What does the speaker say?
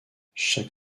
chaque